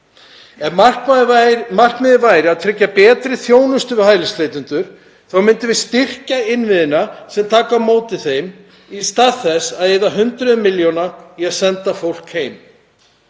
Ef markmiðið væri að tryggja betri þjónustu við hælisleitendur þá myndum við styrkja innviðina sem taka á móti þeim í stað þess að eyða hundruðum milljóna í það að senda fólk heim.